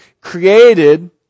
created